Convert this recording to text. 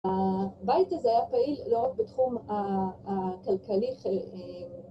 הבית הזה היה פעיל לא רק בתחום הכלכלי